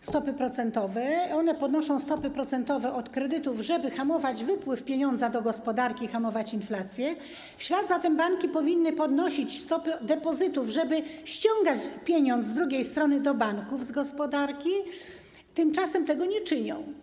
stopy procentowe, one podnoszą stopy procentowe od kredytów, żeby hamować wypływ pieniądza do gospodarki, hamować inflację, w ślad za tym banki powinny podnosić stopy depozytów, żeby ściągać pieniądz z drugiej strony do banków z gospodarki, tymczasem tego nie czynią.